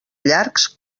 llargs